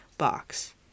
box